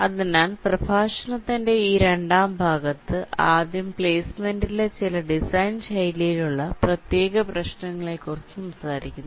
അതിനാൽ പ്രഭാഷണത്തിന്റെ ഈ രണ്ടാം ഭാഗത്ത് ആദ്യം പ്ലേസ്മെന്റിലെ ചില ഡിസൈൻ ശൈലിയിലുള്ള പ്രത്യേക പ്രശ്നങ്ങളെക്കുറിച്ച് സംസാരിക്കുന്നു